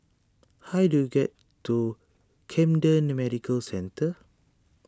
how do I get to Camden Medical Centre